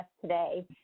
today